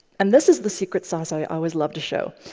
and this is the secret sauce i always love to show.